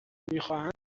میخواهند